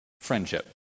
friendship